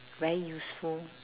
very useful